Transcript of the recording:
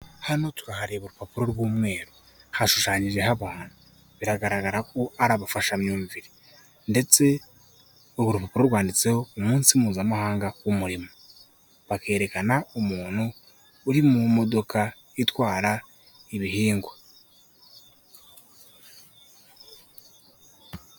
Hano turahareba urupapuro rw'umweru hashushanyijeho abantu, biragaragara ko arabufashamyumvire, ndetse uru rupapuro rwanditseho umunsi mpuzamahanga w'umurimo bakerekana umuntu uri mu modoka itwara ibihingwa.